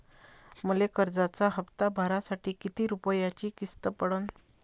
मले कर्जाचा हप्ता भरासाठी किती रूपयाची किस्त पडन?